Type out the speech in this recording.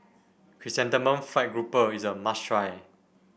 Chrysanthemum Fried Grouper is a must try